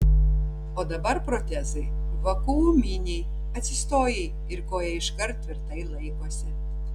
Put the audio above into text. o dabar protezai vakuuminiai atsistojai ir koja iškart tvirtai laikosi